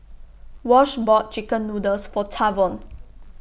Wash bought Chicken Noodles For Tavon